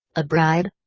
a bribe?